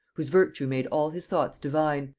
whose virtue made all his thoughts divine,